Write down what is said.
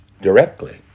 directly